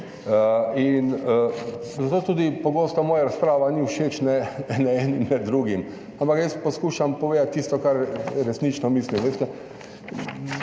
in zato tudi pogosto moja razprava ni všeč ne ne enim ne drugim, ampak jaz poskušam povedati tisto, kar resnično mislim.